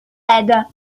raide